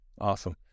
Awesome